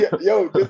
yo